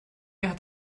hat